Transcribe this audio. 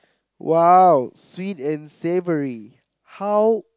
!wow! sweet and savory how